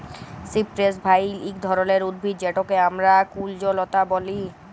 cypress vine ইক ধরলের উদ্ভিদ যেটকে আমরা কুল্জলতা ব্যলে